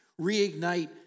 reignite